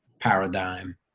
paradigm